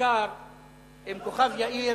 בעיקר אם כוכב-יאיר,